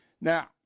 Now